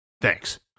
thanks